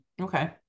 Okay